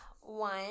one